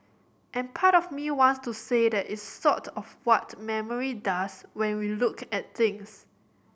and part of me wants to say that it's sort of what memory does when we look at things